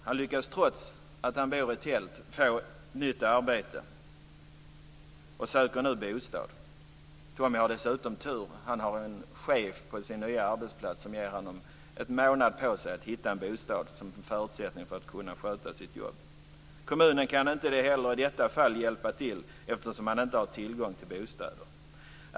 Han lyckas trots att han bor i tält få ett nytt arbete och söker nu bostad. Tommy har dessutom tur - han har en chef på sin nya arbetsplats som ger honom en månad på sig att hitta en bostad som en förutsättning för att kunna sköta sitt jobb. Kommunen kan inte heller i detta fall hjälpa till, eftersom man inte har tillgång till bostäder.